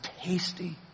tasty